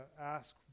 ask